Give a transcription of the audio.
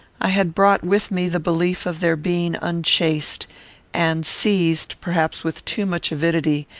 i had brought with me the belief of their being unchaste and seized, perhaps with too much avidity,